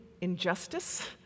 injustice